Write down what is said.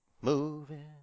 Moving